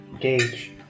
Gage